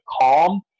calm